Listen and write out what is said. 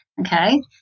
okay –